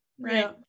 right